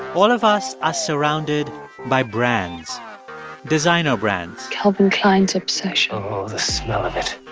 all of us are surrounded by brands designer brands calvin klein's obsession oh, the smell of it